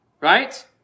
right